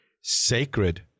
sacred